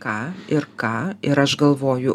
ką ir ką ir aš galvoju